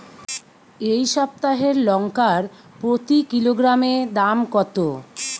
এই সপ্তাহের লঙ্কার প্রতি কিলোগ্রামে দাম কত?